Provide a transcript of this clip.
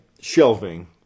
shelving